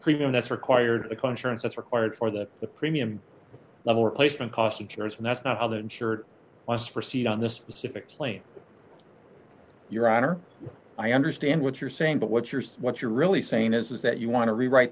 premium that's required a conscience that's required for that the premium level replacement cost insurance and that's not how the insured wants to proceed on this specific claim your honor i understand what you're saying but what you're what you're really saying is that you want to rewrite